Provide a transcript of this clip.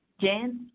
Jan